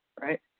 right